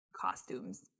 costumes